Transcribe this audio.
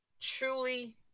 truly